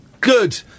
Good